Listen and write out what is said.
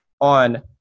on